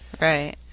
Right